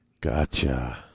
Gotcha